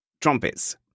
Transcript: trumpets